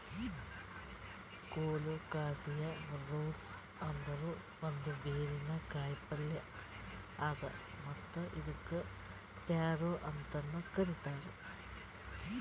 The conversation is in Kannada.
ಕೊಲೊಕಾಸಿಯಾ ರೂಟ್ಸ್ ಅಂದುರ್ ಒಂದ್ ಬೇರಿನ ಕಾಯಿಪಲ್ಯ್ ಅದಾ ಮತ್ತ್ ಇದುಕ್ ಟ್ಯಾರೋ ಅಂತನು ಕರಿತಾರ್